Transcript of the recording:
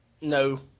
No